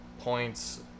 points